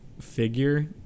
figure